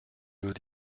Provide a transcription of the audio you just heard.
veux